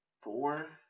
Four